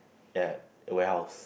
ya a warehouse